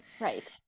Right